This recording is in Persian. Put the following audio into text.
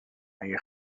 مگه